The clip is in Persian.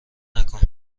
نکنین